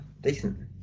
decent